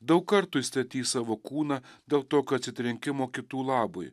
daug kartų įstatys savo kūną dėl tokio atsitrenkimo kitų labui